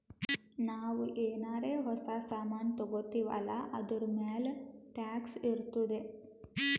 ನಾವು ಏನಾರೇ ಹೊಸ ಸಾಮಾನ್ ತಗೊತ್ತಿವ್ ಅಲ್ಲಾ ಅದೂರ್ಮ್ಯಾಲ್ ಟ್ಯಾಕ್ಸ್ ಇರ್ತುದೆ